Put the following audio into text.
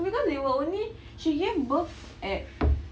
because they were only she gave birth at